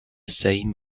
same